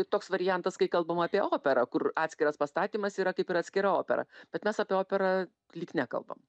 toks variantas kai kalbama apie operą kur atskiras pastatymas yra kaip ir atskira opera bet mes apie operą lyg nekalbam